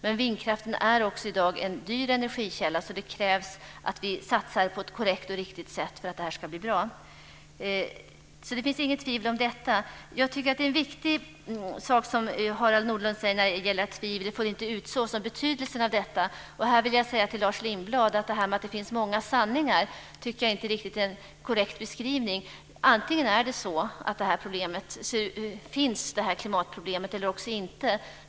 Men den är också i dag en dyr energikälla. Därför krävs det att vi satsar på ett korrekt och riktigt sätt så att det hela blir bra. Harald Nordlund nämner en viktig sak, nämligen betydelsen av att tvivel inte får utsås. Jag tycker att Lars Lindblads beskrivning om att det finns många sanningar inte är riktigt korrekt. Antingen finns det ett klimatproblem eller också finns det inte.